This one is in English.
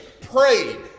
prayed